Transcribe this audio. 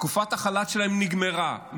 תקופת החל"ת שלהם נגמרה.